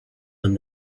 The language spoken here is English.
and